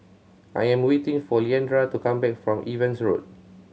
I am waiting for Leandra to come back from Evans Road